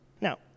Now